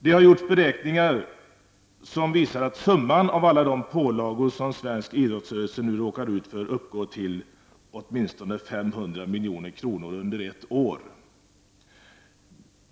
Det har gjorts beräkningar som visar att summan av alla de pålagor som svensk idrottsrörelse nu råkar utför uppgår till åtmninstone 500 milj.kr. per år.